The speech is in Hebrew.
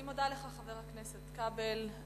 אני מודה לך, חבר הכנסת כבל.